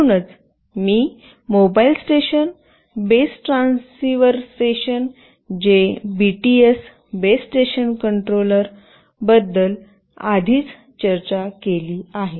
म्हणूनच मी mobile station base transceiver station जे बीटीएस बेस स्टेशन कंट्रोलर बद्दल याबद्दल आधीच चर्चा केली आहे